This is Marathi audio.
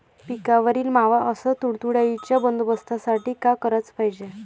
पिकावरील मावा अस तुडतुड्याइच्या बंदोबस्तासाठी का कराच पायजे?